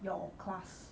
your class